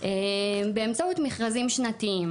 באמצעות מכרזים שנתיים.